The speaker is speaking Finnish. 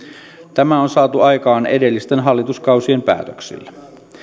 tämä on saatu aikaan edellisten hallituskausien päätöksillä